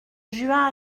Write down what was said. juin